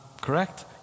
correct